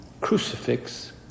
crucifix